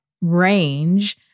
range